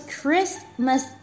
Christmas